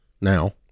now